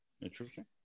Interesting